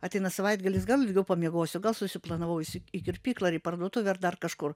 ateina savaitgalis gal ilgiau pamiegosiu gal susiplanavau eisiu į kirpyklą ar į parduotuvę ar dar kažkur